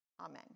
Amen